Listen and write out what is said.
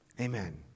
Amen